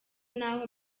naho